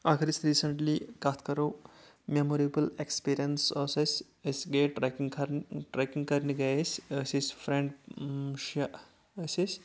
اگر أسۍ رِیٖسیٚنٹلی کتھ کرو میموریبل ایکٕسپیٖرینٕس ٲسۍ اسہِ أسۍ گٔے ٹریکِنگ کرنہِ ٹریکنٛگ کرنہِ گٔے أسۍ أسۍ ٲسۍ فرینڈ شےٚ ٲسۍ أسۍ